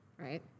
right